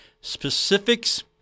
specifics